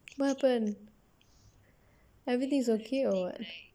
what happen everything is okay or what